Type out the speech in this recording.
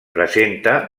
presenta